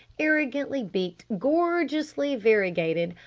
arrogantly beaked, gorgeously variegated,